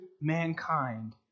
mankind